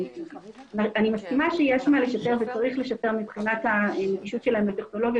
אני מסכימה שיש מה לשפר וצריך לשפר מבחינת הנגישות שלהם לטכנולוגיה